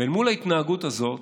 ואל מול ההתנהגות הזאת,